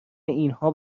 اینها